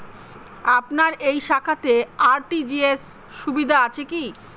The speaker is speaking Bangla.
আপনার এই শাখাতে আর.টি.জি.এস সুবিধা আছে কি?